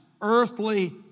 Earthly